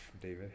David